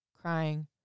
crying